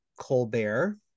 Colbert